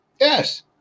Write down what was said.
Yes